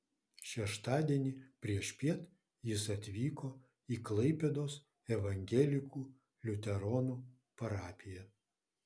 šeštadienį priešpiet jis atvyko į klaipėdos evangelikų liuteronų parapiją